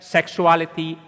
Sexuality